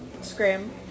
Scram